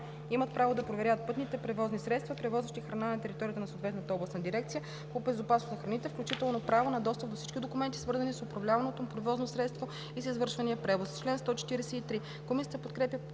имат право да проверяват пътните превозни средства, превозващи храни на територията на съответната областна дирекция по безопасност на храните, включително право на достъп до всички документи, свързани с управляваното превозно средство и с извършвания превоз.“